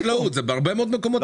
זה בהרבה מאוד מקומות אחרים.